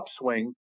upswing